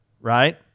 Right